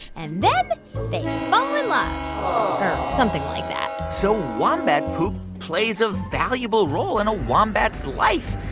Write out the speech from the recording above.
and then they fall in love or something like that so wombat poop plays a valuable role in a wombat's life.